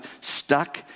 stuck